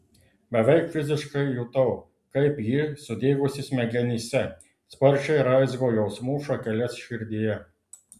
beveik fiziškai jutau kaip ji sudygusi smegenyse sparčiai raizgo jausmų šakeles širdyje